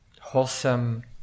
wholesome